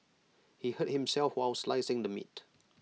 he hurt himself while slicing the meat